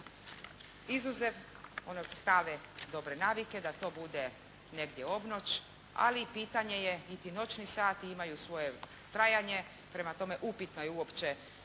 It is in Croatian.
one stare dobre navike da to bude negdje obnoć ali pitanje je, i ti noćni sati imaju svoje trajanje. Prema tome upitno je uopće